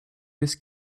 this